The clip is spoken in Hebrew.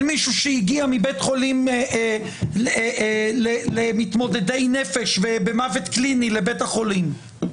של מישהו שהגיע מבית חולים למתמודדי נפש במוות קליני לבית החולים.